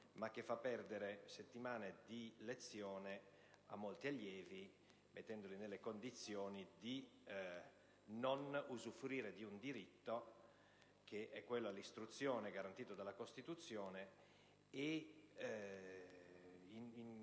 ma che fa perdere settimane di lezione a molti allievi, mettendoli nelle condizioni di non poter usufruire del diritto all'istruzione garantito dalla Costituzione,